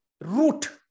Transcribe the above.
root